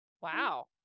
Wow